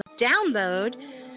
download